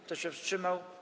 Kto się wstrzymał?